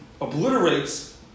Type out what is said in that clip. obliterates